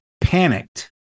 panicked